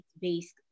based